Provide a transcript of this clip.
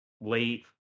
late